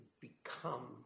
become